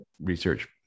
research